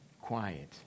quiet